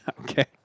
okay